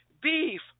Beef